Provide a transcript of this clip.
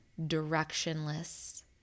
directionless